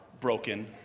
broken